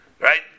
Right